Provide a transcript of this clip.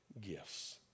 gifts